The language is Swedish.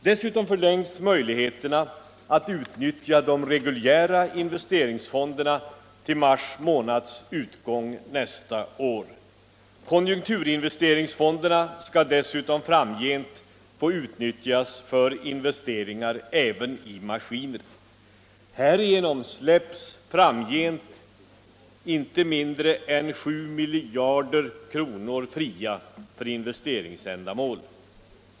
Dessutom förlängs möjligheterna att utnyttja de reguljära investeringsfonderna till mars månads utgång nästa år. Konjunkturinvesteringsfonderna skall dessutom framgent få utnyttjas för investeringar även i maskiner. Härigenom släpps sammanlagt inte mindre än ca 7 miljarder kronor fria för investeringsändamål.